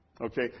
Okay